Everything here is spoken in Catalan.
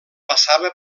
passava